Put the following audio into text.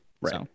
Right